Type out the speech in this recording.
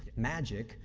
magic,